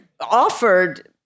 offered